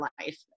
life